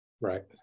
right